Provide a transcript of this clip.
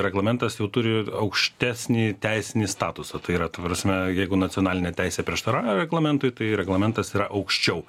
reglamentas jau turi aukštesnį teisinį statusą tai yra ta prasme jeigu nacionalinė teisė prieštarauja reglamentui tai reglamentas yra aukščiau